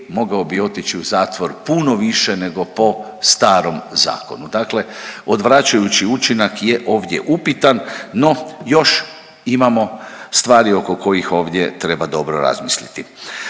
mogao bi otići u zatvor puno više nego po starom zakonu. Dakle, odvraćajući učinak je ovdje upitan, no još imamo stvari oko kojih ovdje treba dobro razmisliti.